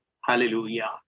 Hallelujah